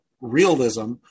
realism